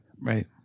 right